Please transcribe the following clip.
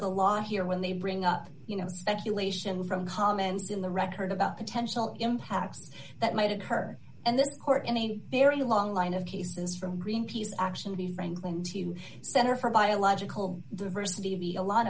the law here when they bring up you know speculation from comments in the record about potential impacts that might occur and the court in a very long line of cases from greenpeace actually franklin to center for biological diversity to be a lot